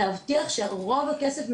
להבטיח שרוב הכסף,